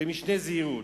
משנה זהירות.